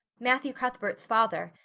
matthew cuthbert's father,